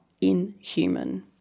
inhuman